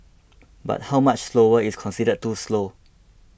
but how much slower is considered too slow